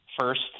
first